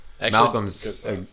Malcolm's